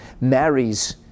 marries